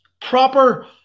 proper